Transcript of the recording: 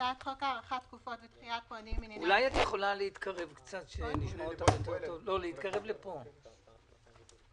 הצעת חוק הארכת תקופות ודחיית מועדים בענייני הליכי מס (הוראת שעה,